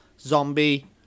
zombie